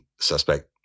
Suspect